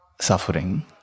suffering